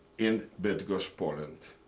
in bydgoszcz, poland.